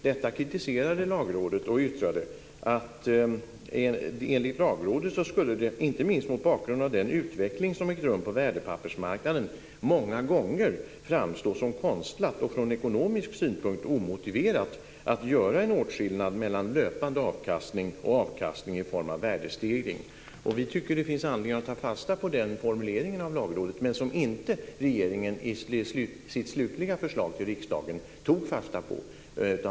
Detta kritiserade Lagrådet, och man yttrade att det inte minst mot bakgrund av den utveckling som ägt rum på värdepappersmarknaden många gånger skulle framstå som konstlat och från ekonomisk synpunkt omotiverat att göra en åtskillnad mellan löpande avkastning och avkastning i form av värdestegring. Vi tycker att det finns anledning att ta fasta på den formuleringen från Lagrådet, som regeringen i sitt slutliga förslag till riksdagen inte tog fasta på.